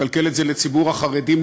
לקלקל את זה לציבור החרדים,